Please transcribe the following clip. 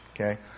Okay